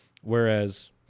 whereas